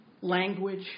language